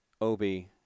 Obi